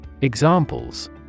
Examples